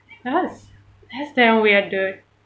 !huh! that's damn weird dude